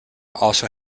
also